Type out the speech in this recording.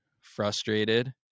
frustrated